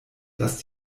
das